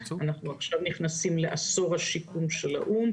אנחנו עכשיו נכנסים לעשור השיקום של האו"ם,